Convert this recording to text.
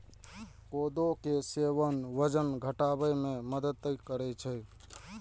कोदो के सेवन वजन घटाबै मे मदति करै छै